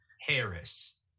Harris